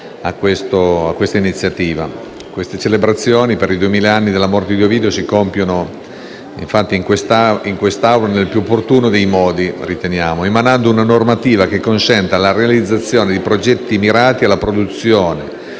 grazie a tutta